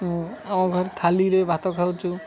ମୁଁ ଆମ ଘରେ ଥାଳିରେ ଭାତ ଖାଉଛୁ